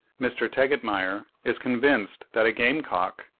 mr. tegetmeier is convinced that a gamecock,